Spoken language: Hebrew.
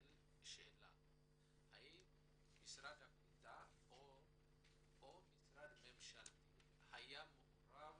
האם משרד הקליטה או משרד ממשלתי היה מעורב